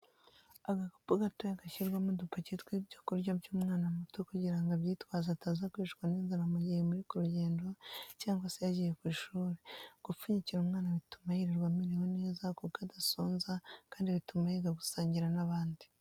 Agakapu gato gashyirwa udupaki tw'ibyo kurya by'umwana muto kugirango abyitwaze ataza kwicwa n'inzara mu gihe muri ku rugendo cyangwa se yagiye ku ishuri, gupfunyikira umwana bituma yirirwa amerewe neza kuko adasonza kandi bituma yiga gusangira n'abandi.